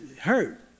Hurt